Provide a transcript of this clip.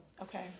Okay